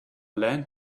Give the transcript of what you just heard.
land